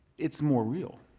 it's more real.